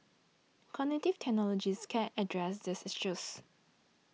cognitive technologies can address these issues